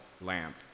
lamp